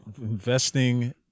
Investing